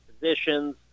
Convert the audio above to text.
positions